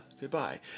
goodbye